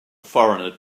foreigner